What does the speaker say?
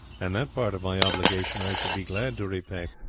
and that part of my obligation i should be glad to repay,